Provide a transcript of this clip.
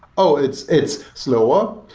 oh, it's it's slower.